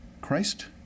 Christ